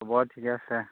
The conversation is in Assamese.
চবৰে ঠিকে আছে